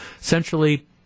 Essentially